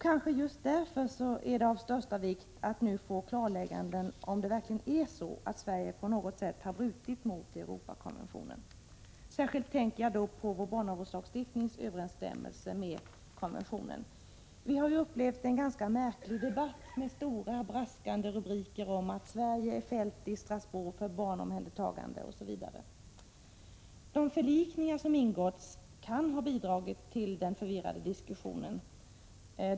Kanske just därför är det av största vikt att nu få ett klarläggande om Sverige på något sätt brutit mot Europakonventionen. Särskilt tänker jag då på vår barnavårdslagstiftnings överensstämmelse med konventionen. Vi har upplevt en ganska märklig debatt med stora braskande rubriker om att Sverige är fällt i Strasbourg för barnomhändertaganden osv. De förlikningar som ingåtts kan ha bidragit till den förvirrande diskussionen.